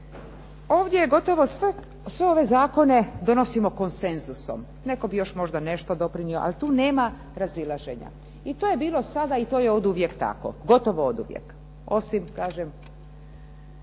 Ovdje je gotovo sve ove Zakone donosimo konsenzusom, netko bi možda još nešto doprinio ali tu nema razilaženja, to je bilo sada i to je oduvijek tako, osim reforme Kaznenog